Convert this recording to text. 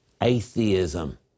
atheism